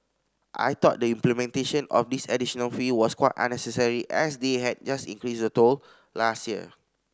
I thought the implementation of this additional fee was quite unnecessary as they had just increased the toll last year